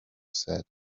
said